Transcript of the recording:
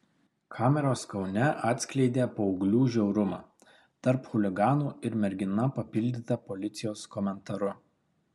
kameros kaune atskleidė paauglių žiaurumą tarp chuliganų ir mergina papildyta policijos komentaru